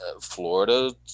Florida